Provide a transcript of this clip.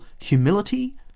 humility